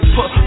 Put